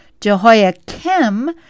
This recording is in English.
Jehoiakim